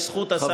בזכות השר,